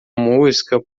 música